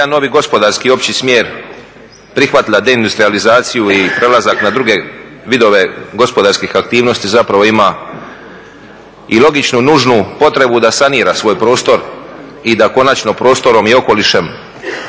jedan novi gospodarski opći smjer prihvatila deindustrijalizaciju i prelazak na druge vidove gospodarskih aktivnosti zapravo ima i logičnu nužnu potrebu da sanira svoj prostor i da konačno prostorom i okolišem